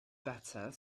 better